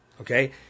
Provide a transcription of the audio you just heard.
Okay